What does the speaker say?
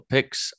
Picks